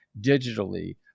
Digitally